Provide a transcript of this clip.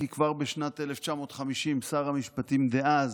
כי כבר בשנת 1950 שר המשפטים דאז